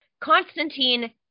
Constantine